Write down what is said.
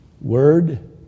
word